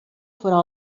vor